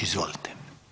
Izvolite.